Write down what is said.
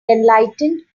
enlightened